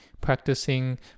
Practicing